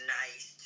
nice